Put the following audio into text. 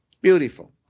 Beautiful